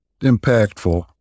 impactful